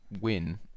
win